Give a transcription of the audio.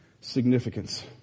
significance